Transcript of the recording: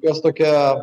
jos tokia